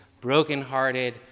brokenhearted